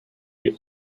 you